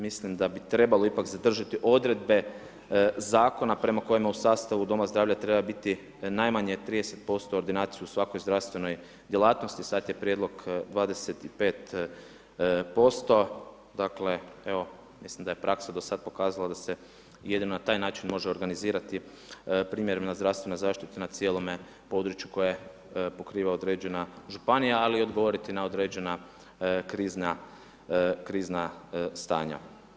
Mislim da bi trebalo ipak zadržati odredbe zakona prema kojemu u sastavu doma zdravlja treba biti najmanje 30% ordinacije u svakom zdravstvenoj djelatnosti, sad je prijedlog 25%, dakle evo mislim da je praksa do sad pokazala da se jedino na taj način može organizirati primarna zdravstvena zaštita na cijelom području koje pokriva određena županija ali i odgovoriti na određena krizna stanja.